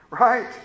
Right